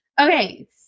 okay